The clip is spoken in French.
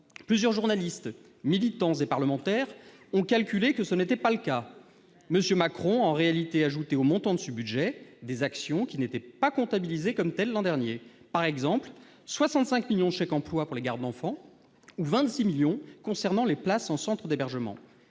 Plusieurs journalistes, militants et parlementaires ont calculé que ce n'était pas le cas. M. Macron a en réalité ajouté au montant de ce budget des actions qui n'étaient pas comptabilisées comme telles l'an dernier : par exemple, 65 millions d'euros au titre des chèques emploi pour la garde d'enfants ou 26 millions consacrés aux places en centres d'hébergement.